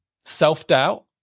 Self-doubt